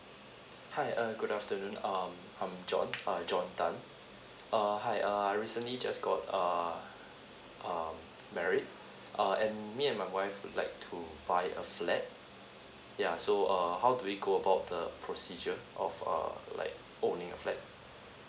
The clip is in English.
hi uh good afternoon um I'm john john tan err hi err I recently just got err um married uh and me and my wife would like to buy a flat yeah so uh how we go about the procedure of err like owning a flat